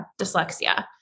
dyslexia